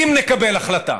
אם נקבל החלטה,